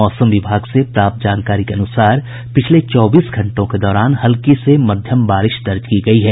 मौसम विभाग से प्राप्त जानकारी के अनुसार पिछले चौबीस घंटों के दौरान हल्की से मध्यम बारिश दर्ज की गयी है